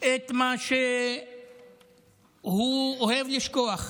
את מה שהוא אוהב לשכוח.